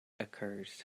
occurs